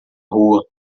rua